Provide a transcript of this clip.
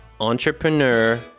entrepreneur